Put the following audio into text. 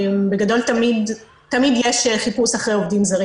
בגדול, תמיד יש חיפוש אחרי עובדים זרים